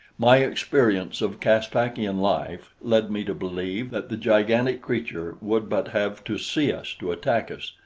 my experience of caspakian life led me to believe that the gigantic creature would but have to see us to attack us,